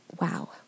Wow